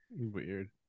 weird